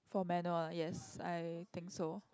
for manual ah yes I think so